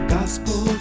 Gospel